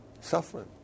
Suffering